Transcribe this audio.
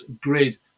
grid